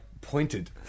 pointed